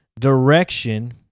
direction